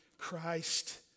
Christ